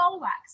wax